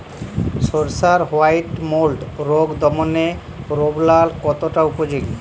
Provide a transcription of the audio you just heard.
সরিষার white mould রোগ দমনে রোভরাল কতটা উপযোগী?